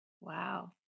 wow